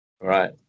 Right